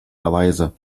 eliza